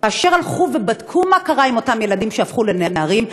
כאשר הלכו ובדקו מה קרה עם אותם ילדים שהפכו לנערים,